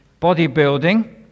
Bodybuilding